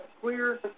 clear